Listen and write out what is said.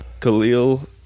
Khalil